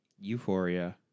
Euphoria